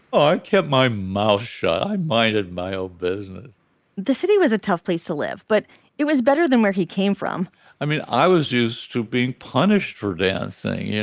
ah i kept my mouth shut. i might add my own business the city was a tough place to live, but it was better than where he came from i mean, i was used to being punished for dancing, yeah